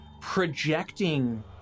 projecting